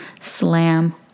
slam